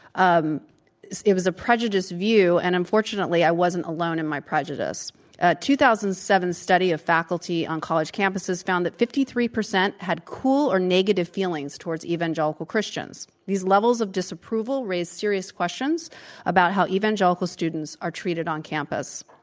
um it was a prejudiced view, and unfortunately, i wasn't alone in my prejudice. a two thousand and seven study of faculty on college campuses found that fifty three percent had cool or negative feelings towards evangelical christians. these levels of disapproval raise curious questions about how evangelical students are treated on campus.